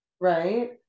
Right